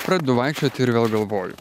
pradedu vaikščioti ir vėl galvoju